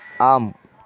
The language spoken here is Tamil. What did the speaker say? ஆம்